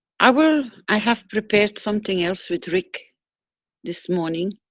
i will. i have prepared something else with rick this morning.